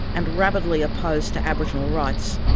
and rabidly opposed to aboriginal rights,